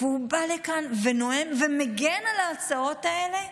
הוא בא לכאן ונואם ומגן על ההצעות האלה?